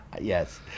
Yes